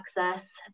access